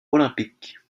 olympique